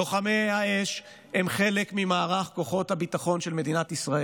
לוחמי האש הם חלק ממערך כוחות הביטחון של מדינת ישראל,